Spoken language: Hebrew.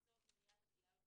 לצורך מניעת הפגיעה בפעוטות,